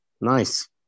Nice